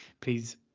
Please